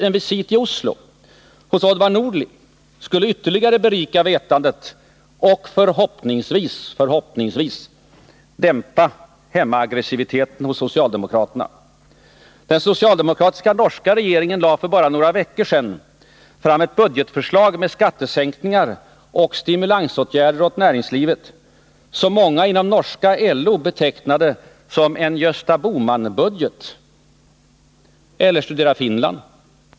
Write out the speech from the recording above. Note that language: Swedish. En visit i Oslo hos Odvar Nordli skulle ytterligare berika vetandet och förhoppningsvis dämpa hemmaaggressiviteten hos socialdemokraterna. Den socialdemokratiska norska regeringen lade för bara några veckor sedan fram ett budgetförslag med skattesänkningar och stimulansåtgärder åt näringslivet som många inom norska LO betecknade som en Gösta Bohman-budget. Eller studera Finland.